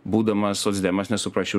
būdamas socdemas nesuprasčiau